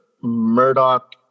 Murdoch